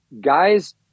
guys